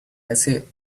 bessie